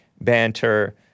banter